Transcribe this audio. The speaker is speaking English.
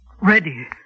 ready